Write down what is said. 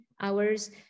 hours